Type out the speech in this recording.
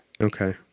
Okay